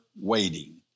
waiting